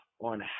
on